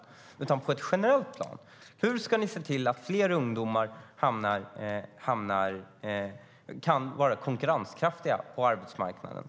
Hur ska regeringen på ett generellt plan se till att fler ungdomar kan vara konkurrenskraftiga på arbetsmarknaden?